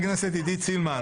עידית סילמן.